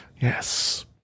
Yes